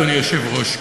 אדוני היושב-ראש,